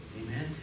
Amen